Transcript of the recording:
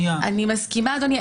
אני מסכימה אדוני.